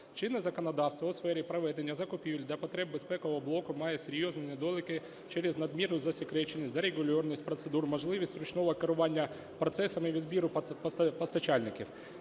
Чинне законодавство у сфері проведення закупівель для потреб безпекового блоку має серйозні недоліки через надмірну засекреченість, зарегульованість процедур, можливість ручного керування процесами відбору постачальників.